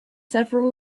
several